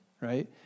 right